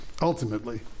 Ultimately